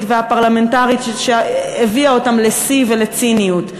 והפרלמנטרית שהביאה אותן לשיא ולציניות.